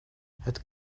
het